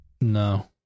No